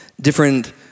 different